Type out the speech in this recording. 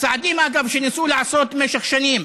הצעדים, אגב, שניסו לעשות משך שנים,